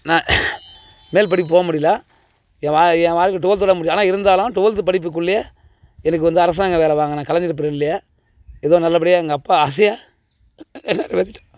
நான் மேல் படிப்பு போகவ முடியல என் வா என் வாழ்க்கை ட்வெல்த்தோடு முடிஞ்சு ஆனால் இருந்தாலும் ட்வெல்த்து படிப்புக்குள்ளேயே எனக்கு வந்து அரசாங்க வேலை வாங்கினேன் கலைஞர் பீரியட்லேயே ஏதோ நல்ல படியாக எங்கள் அப்பா ஆசையை நெறைவேத்திட்டேன்